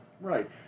Right